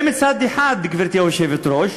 זה מצד אחד, גברתי היושבת-ראש.